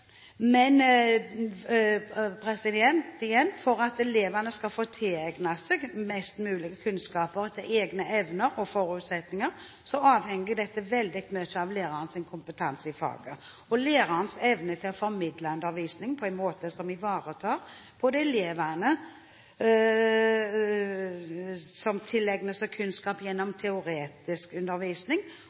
Men, igjen, om elevene får tilegnet seg mest mulig kunnskap etter egne evner og forutsetninger, er veldig avhengig av lærerens kompetanse i faget og lærerens evne til å formidle faget på en måte som ivaretar både de elevene som tilegner seg kunnskap gjennom teoretisk undervisning,